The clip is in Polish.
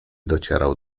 docierał